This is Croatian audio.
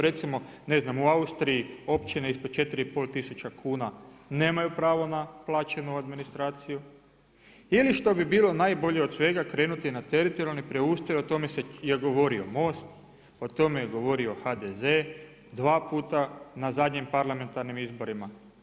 Recimo u Austriji općine ispod 4,5 tisuća kuna nemaju pravo na plaćenu administraciju ili što bi bilo najbolje od svega krenuti na teritorijalni preustroj, o tome je govorio Most, o tome je govorio HDZ dva puta na zadnjim parlamentarnim izborima.